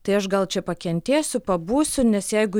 tai aš gal čia pakentėsiu pabūsiu nes jeigu